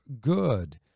good